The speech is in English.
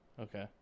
Okay